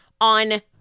on